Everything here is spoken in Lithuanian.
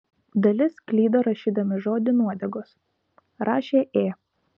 dalis klydo rašydami žodį nuodegos rašė ė